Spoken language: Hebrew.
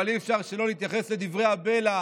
אבל אי-אפשר שלא להתייחס לדברי הבלע